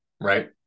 right